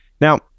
Now